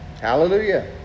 Hallelujah